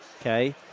okay